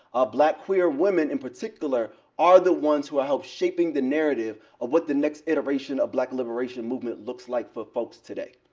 ah black queer women, in particular, are the ones who are help shaping the narrative of what the next iteration of black liberation movement looks like for folks today.